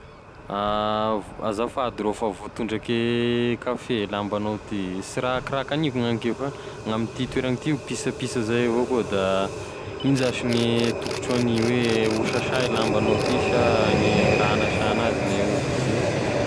Azafady rô fa voatondrake kafe e lambagnao ty, sy raha ki- raha kagniko gn'anike fa gn'amty toeragny ty pisapisa zay avao koa, da ino zash gne tokotry ho ania? Hoe hosasa e lambanao sa gne raha hagnasa anazy gne hovidy.